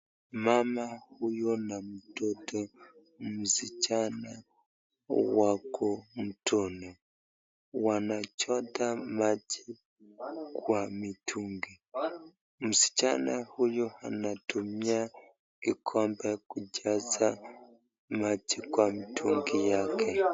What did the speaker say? Mama huyu na mtoto msichana wako mtoni. Wanachota maji kwa mitungi. Msichana huyu anatumia kikombe kujaza maji kwa mtungi yake.